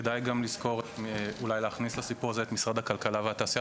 כדאי גם לזכור אולי להכניס לסיפור הזה גם את משרד הכלכלה והתעשייה,